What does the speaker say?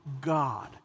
God